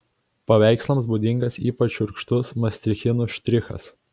paveikslams būdingas ypač šiurkštus mastichinų štrichas